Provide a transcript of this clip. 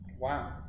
Wow